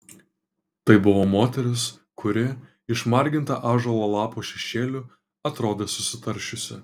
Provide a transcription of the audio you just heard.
tai buvo moteris kuri išmarginta ąžuolo lapo šešėlių atrodė susitaršiusi